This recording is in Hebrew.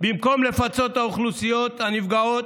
האוכלוסיות הנפגעות,